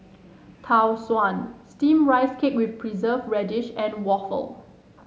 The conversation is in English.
Tau Suan Steamed Rice Cake with Preserved Radish and Waffle